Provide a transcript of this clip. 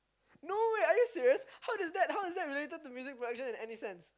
no wait are you serious how does that how is that related to music production in any sense